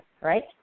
right